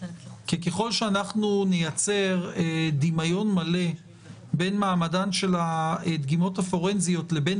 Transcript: כי ככל שנייצר דמיון מלא בין מעמדן של הדגימות הפורנזיות לבין